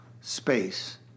space